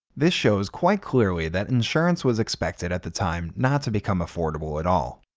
this shows quite clearly that insurance was expected at the time not to become affordable at all.